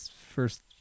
first